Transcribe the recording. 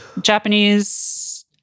Japanese